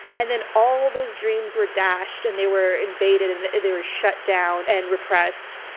and then all of those dreams were dashed and they were invaded and they were shut down and repressed.